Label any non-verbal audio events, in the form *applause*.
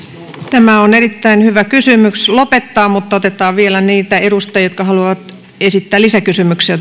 kysymykseen on erittäin hyvä lopettaa mutta otetaan vielä niitä edustajia jotka haluavat esittää lisäkysymyksiä *unintelligible*